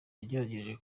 yagerageje